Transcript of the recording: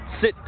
sit